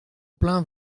plein